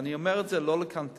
אני אומר את זה לא לקנטר,